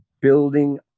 building